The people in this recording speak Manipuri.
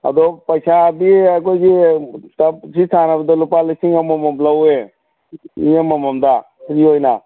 ꯑꯗꯣ ꯄꯩꯁꯥꯗꯤ ꯑꯩꯈꯣꯏꯒꯤ ꯇꯞꯁꯤ ꯁꯥꯟꯅꯕꯗ ꯂꯨꯄꯥ ꯂꯤꯁꯤꯡ ꯑꯃꯃꯝ ꯂꯧꯋꯦ ꯃꯤ ꯑꯃꯃꯝꯗ ꯐ꯭ꯔꯤ ꯑꯣꯏꯅ